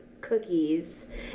cookies